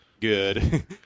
good